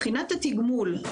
מבחינת התגמול,